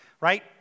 right